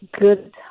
good